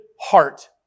heart